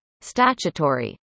Statutory